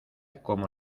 como